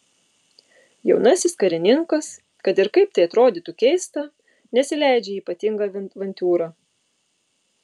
jaunasis karininkas kad ir kaip tai atrodytų keista nesileidžia į ypatingą avantiūrą